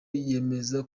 yemeza